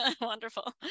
Wonderful